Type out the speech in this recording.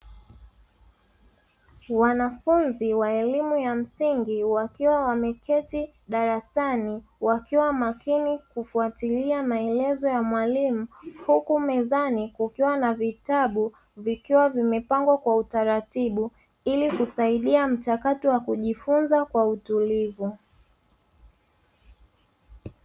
Wanafunzi wa elimu ya msingi, wakiwa wameketi darasani wakiwa makini kufuatilia maelezo ya mwalimu huku mezani kukiwa na vitabu vikiwa vimepangwa kwa utaratibu ili kusaidia mchakato wa kujifunza kwa utulivu.